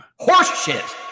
Horseshit